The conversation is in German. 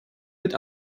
mit